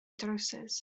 drywsus